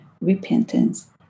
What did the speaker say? repentance